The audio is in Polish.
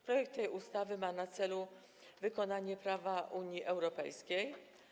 Projekt tej ustawy ma na celu wykonanie prawa Unii Europejskiej.